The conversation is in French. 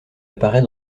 apparait